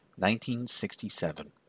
1967